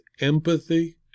empathy